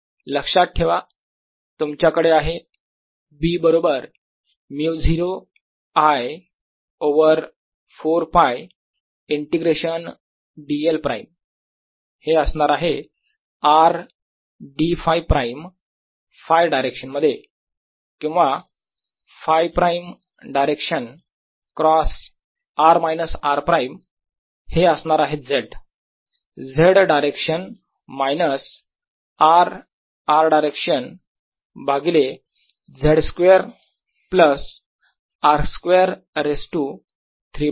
लक्षात ठेवा तुमच्याकडे आहे B बरोबर μ0 I over 4π integration dl prime हे असणार आहे R dΦ प्राईम Φ डायरेक्शन मध्ये किंवा Φ prime direction cross r minus r prime हे असणार आहे z z direction minus R r direction भागिले z square plus R square raise to 3 by 2